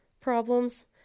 problems